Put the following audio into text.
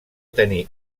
tenir